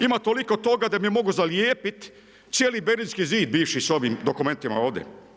Ima toliko toga, da bi mogu zalijepiti cijeli Berlinski zid bivši s ovim dokumentima ovdje.